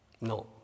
no